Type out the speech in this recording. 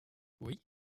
oui